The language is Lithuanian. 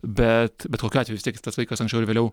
bet bet kokiu atveju vis tiek tas vaikas anksčiau ar vėliau